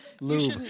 Lube